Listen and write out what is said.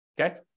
okay